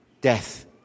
death